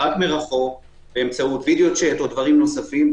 רק מרחוק באמצעות וידאו צ'אט או דברים נוספים,